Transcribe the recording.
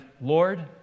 Lord